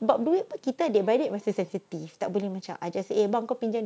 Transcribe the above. about duit pun kita adik-beradik masih sensitive tak boleh macam eh just bang aku mau pinjam